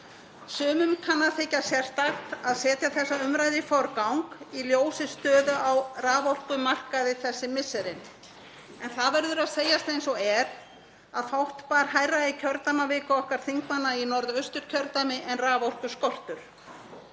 Sumum kann að þykja sérstakt að setja þessa umræðu í forgang í ljósi stöðu á raforkumarkaði þessi misserin. En það verður að segjast eins og er að fátt bar hærra í kjördæmaviku okkar þingmanna í Norðausturkjördæmi en raforkuskortur